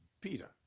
Peter